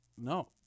No